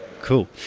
cool